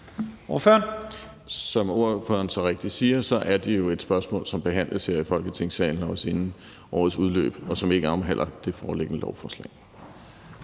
Som ordføreren så rigtigt siger, er det jo et spørgsmål, som behandles her i Folketingssalen – også inden årets udløb – og som ikke omhandles af det foreliggende lovforslag.